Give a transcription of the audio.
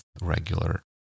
regular